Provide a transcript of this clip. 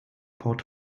port